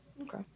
Okay